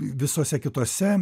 visuose kituose